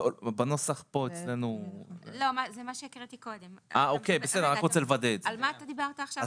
זה מה שהקראתי קודם, על מה אתה דיברת עכשיו?